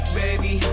baby